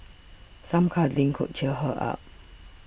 some cuddling could cheer her up